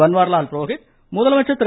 பன்வாரிலால் புரோஹித் முதலமைச்சர் திரு